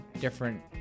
different